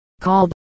called